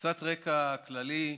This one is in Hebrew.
קצת רקע כללי,